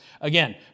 again